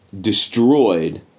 destroyed